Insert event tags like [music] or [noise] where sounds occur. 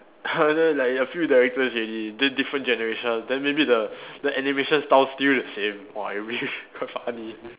uh then like a few directors already di~ different generations then maybe the [breath] the animation style still the same !wah! I mean quite funny